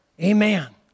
amen